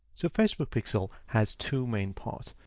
so facebook pixel has two main points.